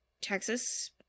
Texas